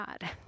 God